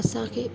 असांखे